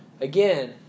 Again